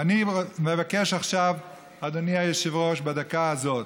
ואני מבקש עכשיו, אדוני היושב-ראש, בדקה הזאת,